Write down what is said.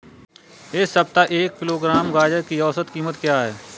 इस सप्ताह एक किलोग्राम गाजर की औसत कीमत क्या है?